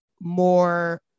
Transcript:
more